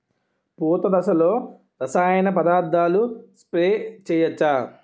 పూత దశలో రసాయన పదార్థాలు స్ప్రే చేయచ్చ?